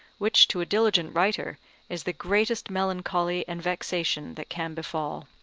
which to a diligent writer is the greatest melancholy and vexation that can befall.